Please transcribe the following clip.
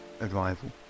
arrival